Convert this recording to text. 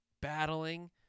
battling